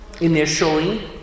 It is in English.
initially